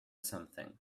something